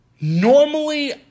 Normally